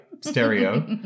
stereo